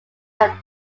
are